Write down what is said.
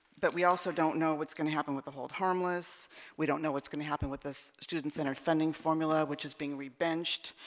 but we also don't know what's going to happen with the hold harmless we don't know what's going to happen with this student-centered funding formula which is being rebuilt